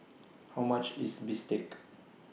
How much IS Bistake